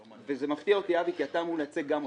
וזה מפתיע אותי אבי כי אתה אמור לייצג גם אותנו.